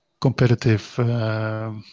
competitive